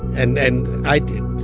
and then i did.